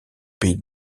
pays